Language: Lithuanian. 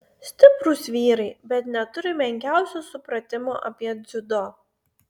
stiprūs vyrai bet neturi menkiausio supratimo apie dziudo